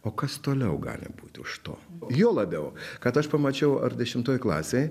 o kas toliau gali būti už to juo labiau kad aš pamačiau ar dešimtoj klasėj